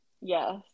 yes